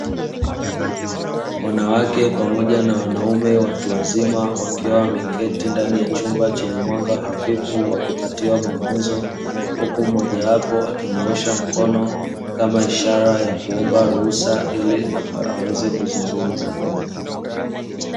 Wanawake pamoja na wanaume watu wazima wakiwa wameketi ndani ya chumba chenye mwanga hafifu wakipatiwa mafunzo, huku mmoja wapo akinyoosha mkono kama ishara ya kuomba ruhusa ili aweze kuzungumza.